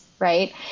Right